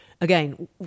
again